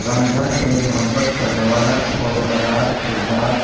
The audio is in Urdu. رانجھا ایک محبت کرنے والا اور وفادار کردار